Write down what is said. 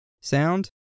sound